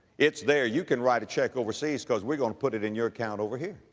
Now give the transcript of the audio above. it's there, you can write a check overseas because we're going to put it in your account over here.